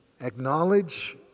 acknowledge